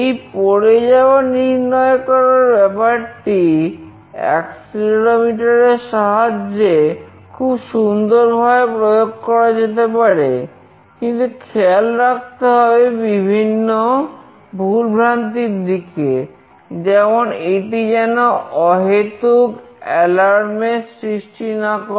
এই পড়ে যাওয়া নির্ণয় করার ব্যাপারটি অ্যাক্সেলেরোমিটার এর সৃষ্টি না করে